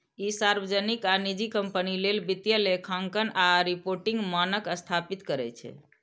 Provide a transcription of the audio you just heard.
ई सार्वजनिक आ निजी कंपनी लेल वित्तीय लेखांकन आ रिपोर्टिंग मानक स्थापित करै छै